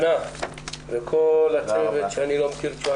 רננה, לכל הצוות שאני לא מכיר אותו .